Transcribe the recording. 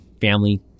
family